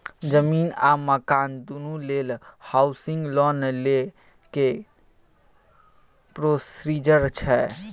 जमीन आ मकान दुनू लेल हॉउसिंग लोन लै के की प्रोसीजर छै?